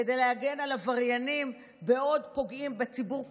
כדי להגן על עבריינים בעוד פוגעים בציבור כולו,